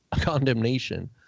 condemnation